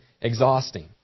exhausting